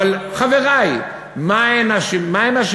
אבל חברי, מה הם אשמים?